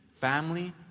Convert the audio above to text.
family